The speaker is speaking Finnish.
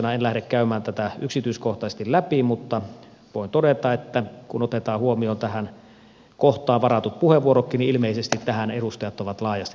en lähde käymään tätä yksityiskohtaisesti läpi mutta voin todeta että kun otetaan huomioon tähän kohtaan varatut puheenvuorotkin ilmeisesti tähän edustajat ovat laajasti